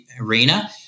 arena